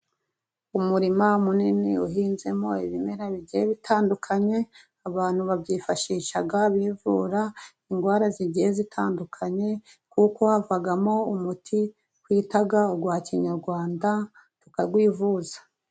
Umurima munini uhinzemo ibimera bigiye bitandukanye, abantu babyifashisha bivura indwara zigiye zitandukanye, kuko havamo umuti twita uwa kinyarwanda. Tukawivuza